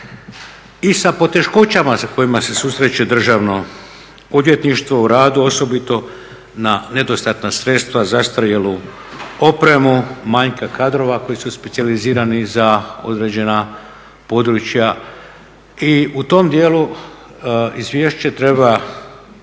i sa poteškoćama sa kojima se susreće Državno odvjetništvo u radu osobito na nedostatna sredstva, zastarjelu opremu, manjka kadrova koji su specijalizirani za određena područja. I u tom dijelu izvješće treba